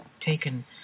taken